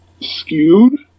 skewed